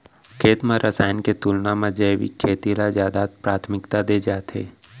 खेत मा रसायन के तुलना मा जैविक खेती ला जादा प्राथमिकता दे जाथे